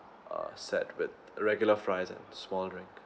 err set with regular fries and small drink